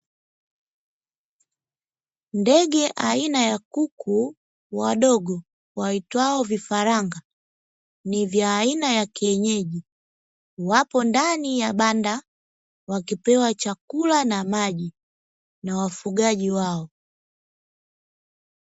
Ndege aina ya kuku wadogo waitwao vifaranga, ni vya aina ya kienyeji, wapo ndani ya banda wakipewa chakula na maji na wafugaji wao.